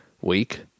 week